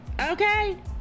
okay